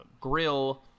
grill